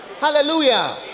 Hallelujah